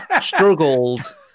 struggled